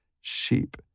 sheep